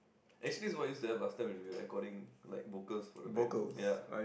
actually this is what we used to have last time when we were recording like vocals for the band ya